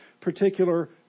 particular